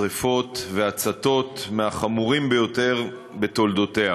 שרפות והצתות מהחמורים ביותר בתולדותיה.